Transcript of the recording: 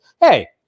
Hey